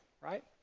right